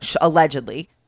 allegedly